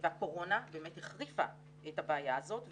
והקורונה באמת החריפה את הבעיה הזאת.